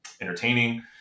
entertaining